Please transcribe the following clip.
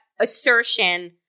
assertion